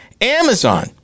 Amazon